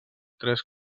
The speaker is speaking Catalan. tres